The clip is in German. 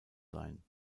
sein